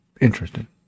interesting